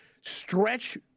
stretch